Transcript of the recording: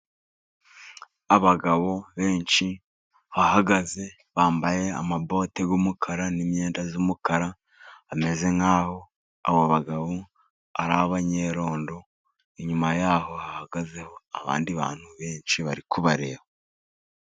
Abagabo benshi bahagaze bambaye amabote y'umukara, n'imyenda y'umukara, ameze nk'aho abo bagabo ari abanyerondo, inyuma yaho hahagazeho, abandi bantu benshi bari kubareba